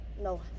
no